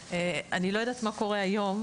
אני לא יודעת מה קורה היום,